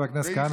חבר הכנסת כהנא,